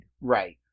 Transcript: Right